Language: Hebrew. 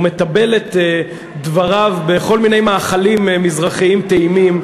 הוא מתבל את דבריו בכל מיני מאכלים מזרחיים טעימים: